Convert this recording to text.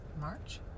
March